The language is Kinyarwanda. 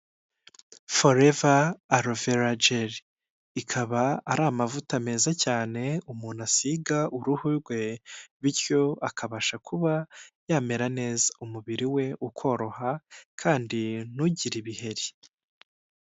Foreva arovera jeri ikaba ari amavuta meza cyane umuntu asiga uruhu rwe, bityo akabasha kuba yamera neza umubiri we ukoroha kandi ntugire ibiheri.